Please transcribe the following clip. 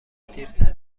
دیرتر